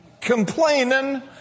complaining